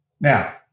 Now